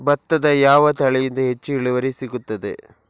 ಭತ್ತದ ಯಾವ ತಳಿಯಿಂದ ಹೆಚ್ಚು ಇಳುವರಿ ಸಿಗುತ್ತದೆ?